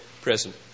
present